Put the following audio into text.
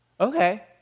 okay